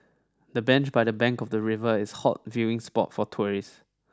the bench by the bank of the river is hot viewing spot for tourists